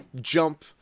jump